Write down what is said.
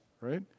right